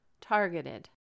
targeted